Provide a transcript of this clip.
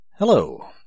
Hello